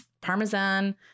Parmesan